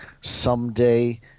someday